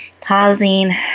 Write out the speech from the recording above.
pausing